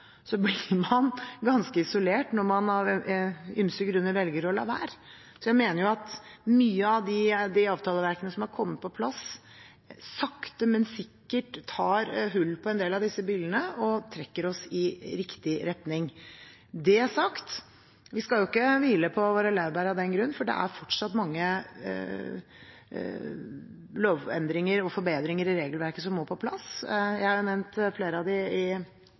blir man ganske isolert når man av ymse grunner velger å la være. Så jeg mener at mye av det avtaleverket som har kommet på plass, sakte, men sikkert stikker hull på en del av disse byllene og trekker oss i riktig retning. Når det er sagt: Vi skal jo ikke hvile på våre laurbær av den grunn, for det er fortsatt mange lovendringer og forbedringer i regelverket som må på plass. Jeg har nevnt flere av dem i